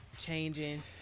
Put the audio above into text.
changing